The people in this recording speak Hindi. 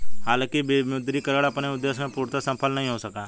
हालांकि विमुद्रीकरण अपने उद्देश्य में पूर्णतः सफल नहीं हो सका